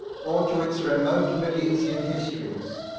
or to its remote milesian histories.